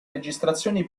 registrazioni